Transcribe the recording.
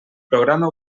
programa